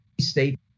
state